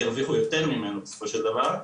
ירוויחו יותר ממנו בסופו של דבר.